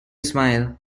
smile